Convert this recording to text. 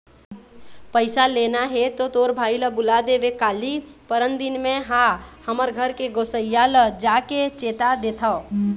पइसा लेना हे तो तोर भाई ल बुला देबे काली, परनदिन में हा हमर घर के गोसइया ल जाके चेता देथव